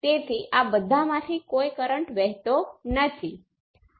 તેથી હવે હું ફક્ત તે જણાવું છું